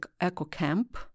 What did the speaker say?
eco-camp